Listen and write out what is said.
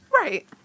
right